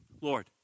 Lord